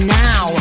now